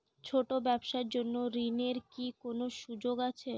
ছোট ব্যবসার জন্য ঋণ এর কি কোন সুযোগ আছে?